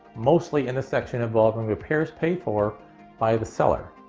mostly in the section involving repairs paid for by the seller.